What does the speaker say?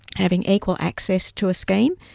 having equal access to a scheme.